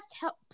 help